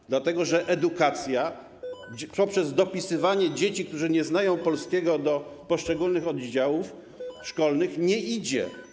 Chodzi o to, że edukacja poprzez dopisywanie dzieci, które nie znają polskiego, do poszczególnych oddziałów szkolnych nie idzie.